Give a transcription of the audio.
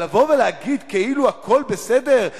אבל לבוא ולהגיד כאילו הכול בסדר,